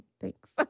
Thanks